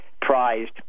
prized